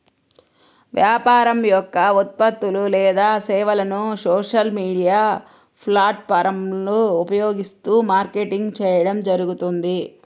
వ్యాపారం యొక్క ఉత్పత్తులు లేదా సేవలను సోషల్ మీడియా ప్లాట్ఫారమ్లను ఉపయోగిస్తూ మార్కెటింగ్ చేయడం జరుగుతుంది